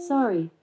Sorry